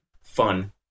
fun